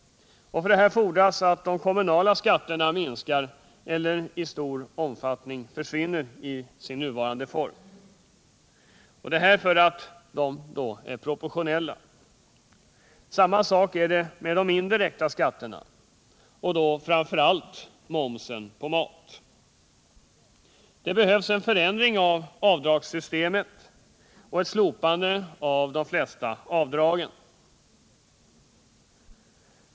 För detta fordras att de kommunala skatterna minskar eller i stor omfattning försvinner i sin nuvarande form — detta för att de är proportionella. Samma sak är det med de indirekta skatterna, och då framför allt momsen på mat. Det behövs en förändring av avdragssystemet och ett slopande av de flesta avdragen.